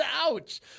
Ouch